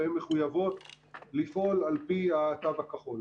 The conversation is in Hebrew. והן מחויבות לפעול על פי התו הכחול.